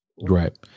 right